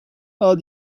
are